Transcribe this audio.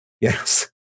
Yes